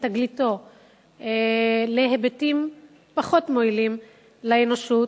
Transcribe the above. את תגליתו להיבטים פחות מועילים לאנושות,